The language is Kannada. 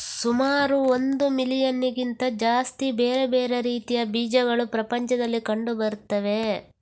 ಸುಮಾರು ಒಂದು ಮಿಲಿಯನ್ನಿಗಿಂತ ಜಾಸ್ತಿ ಬೇರೆ ಬೇರೆ ರೀತಿಯ ಬೀಜಗಳು ಪ್ರಪಂಚದಲ್ಲಿ ಕಂಡು ಬರ್ತವೆ